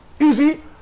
easy